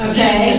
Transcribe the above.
Okay